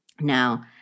Now